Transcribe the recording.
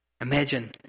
Imagine